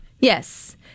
yes